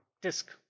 disk